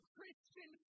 Christian